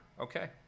Okay